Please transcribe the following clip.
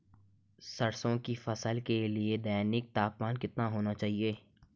सरसों की फसल के लिए दैनिक तापमान कितना होना चाहिए?